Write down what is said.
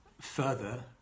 further